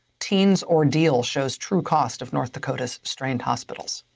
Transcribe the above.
teen's ordeal shows true cost of north dakota's strained hospitals.